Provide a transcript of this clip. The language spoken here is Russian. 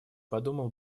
подумал